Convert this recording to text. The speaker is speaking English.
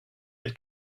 had